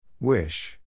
Wish